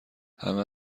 همه